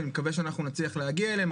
אני מקווה שאנחנו נצליח להגיע אליהם.